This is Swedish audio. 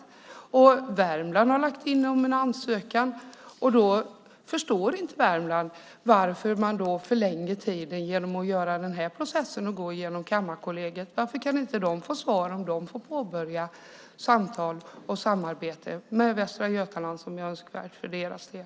Värmland har lagt in om en ansökan, och då förstår inte Värmland varför man förlänger tiden och processen genom att gå genom Kammarkollegiet. Varför kan de inte få svar om de får påbörja samtal och samarbete med Västra Götaland, vilket är önskvärt för deras del?